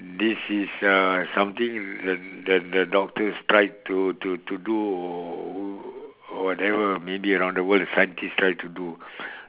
this is uh something the the the doctors try to to to do or whatever maybe around the world the scientist try to do